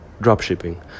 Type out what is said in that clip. dropshipping